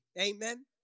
Amen